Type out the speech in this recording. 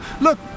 Look